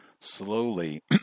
slowly